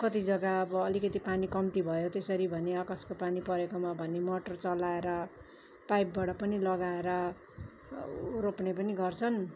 कतिजग्गा अब अलिकति पानी कम्ती भयो त्यसरी भने आकाशको पानी परेकोमा भने मटर चलाएर पाइपबाट पनि लगाएर उ रोप्ने पनि गर्छन्